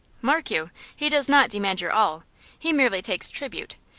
mark you he does not demand your all he merely takes tribute,